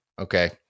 Okay